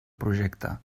projecte